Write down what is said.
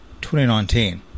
2019